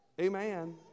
Amen